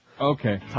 Okay